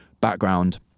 background